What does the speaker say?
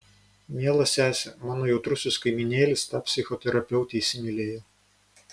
miela sese mano jautrusis kaimynėlis tą psichoterapeutę įsimylėjo